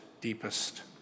deepest